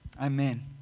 Amen